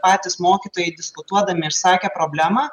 patys mokytojai diskutuodami išsakė problemą